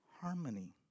harmony